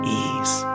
ease